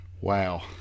wow